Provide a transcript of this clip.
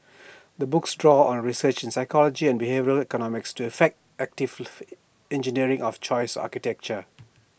the books draws on research in psychology and behavioural economics to effect active engineering of choice architecture